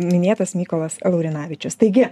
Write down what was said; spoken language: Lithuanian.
minėtas mykolas laurinavičius taigi